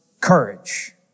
courage